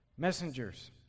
Messengers